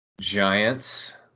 Giants